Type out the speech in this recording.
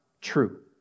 true